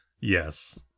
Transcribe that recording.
Yes